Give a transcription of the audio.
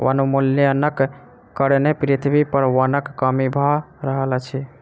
वनोन्मूलनक कारणें पृथ्वी पर वनक कमी भअ रहल अछि